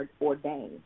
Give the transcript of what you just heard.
ordained